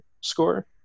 score